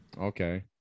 Okay